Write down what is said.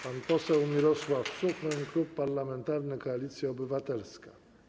Pan poseł Mirosław Suchoń, Klub Parlamentarny Koalicja Obywatelska.